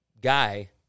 guy